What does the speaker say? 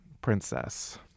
Princess